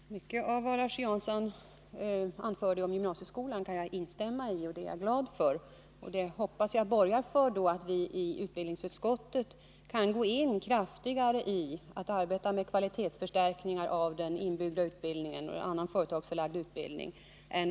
Herr talman! Mycket av vad Larz Johansson anförde om gymnasieskolan kan jag instämma i, och det är jag glad för. Jag hoppas det borgar för att vi i utbildningsutskottet mer kraftfullt än vad regeringen gjort kan ta itu med arbetet på kvalitetsförstärkningar av den inbyggda utbildningen och annan företagsförlagd utbildning.